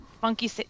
Funky